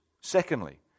Secondly